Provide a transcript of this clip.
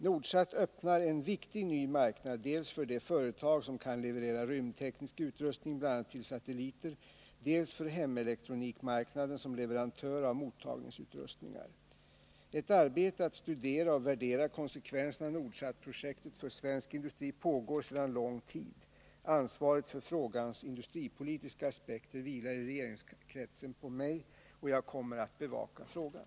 Nordsat öppnar en viktig ny marknad dels för de företag som kan leverera rymdteknisk utrustning bl.a. till satelliter, dels för hemelektronikmarknaden som leverantör av mottagningsutrustningar. Ett arbete med att studera och värdera konsekvenserna av Nordsatprojektet för svensk industri pågår sedan lång tid. Ansvaret för frågans industripolitiska aspekter vilar i regeringskretsen på mig och jag kommer att bevaka frågan.